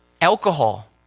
Alcohol